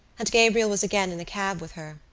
and gabriel was again in a cab with her,